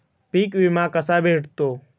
पीक विमा कसा भेटतो?